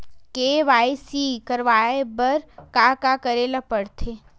KYC करवाय बर का का करे ल पड़थे?